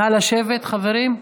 נא לשבת, חברים.